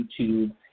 YouTube